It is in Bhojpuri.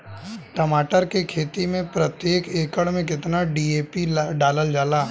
टमाटर के खेती मे प्रतेक एकड़ में केतना डी.ए.पी डालल जाला?